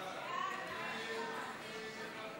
התשע"ה 2015,